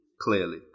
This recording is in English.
clearly